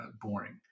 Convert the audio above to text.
boring